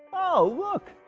oh, look,